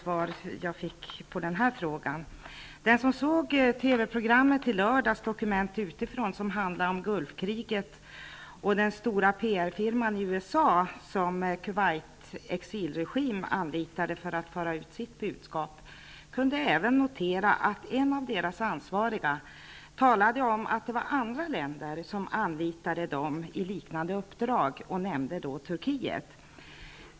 Den som i lördags såg TV-programmet Dokument utifrån om Gulfkriget och om den stora PR-firma i USA som Kuwaits exilregim anlitade för att få ut sitt budskap, kunde även notera att en av de ansvariga talade om att det var andra länder som anlitade firman i fråga om andra uppdrag. Då nämndes också Turkiet.